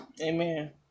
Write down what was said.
Amen